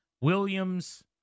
Williams